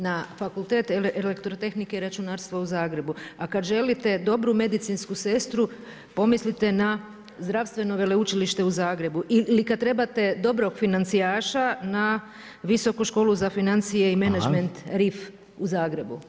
Na Fakultet elektrotehnike i računalstva u Zagrebu, a kad želite dobru medicinsku sestru, pomislite na Zdravstveno veleučilište u Zagrebu ili kad trebate dobrog financijaša, na Visoku školu za financije i menadžment RIF u Zagrebu.